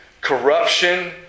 corruption